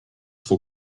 vor